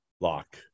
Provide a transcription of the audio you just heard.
Lock